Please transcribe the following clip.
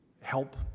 help